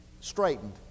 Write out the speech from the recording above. straightened